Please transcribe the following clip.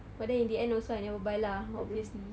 but then in the end also I never buy lah obviously